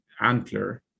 Antler